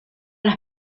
las